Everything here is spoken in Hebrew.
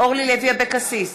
אורלי לוי אבקסיס,